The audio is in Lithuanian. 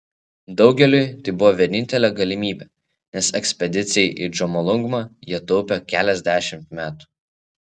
daugeliui tai buvo vienintelė galimybė nes ekspedicijai į džomolungmą jie taupė keliasdešimt metų